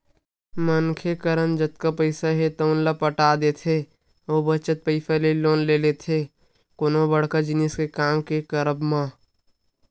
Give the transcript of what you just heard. मनखे करन जतका पइसा हे तउन ल पटा देथे अउ बचत पइसा के लोन ले लेथे कोनो बड़का जिनिस के काम के करब म